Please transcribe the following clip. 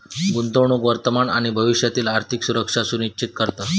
गुंतवणूक वर्तमान आणि भविष्यातील आर्थिक सुरक्षा सुनिश्चित करता